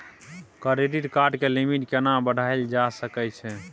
Credit card के limit केना बढायल जा सकै छै?